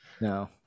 No